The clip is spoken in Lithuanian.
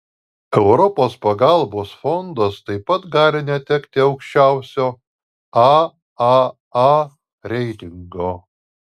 europos pagalbos fondas taip pat gali netekti aukščiausio aaa reitingo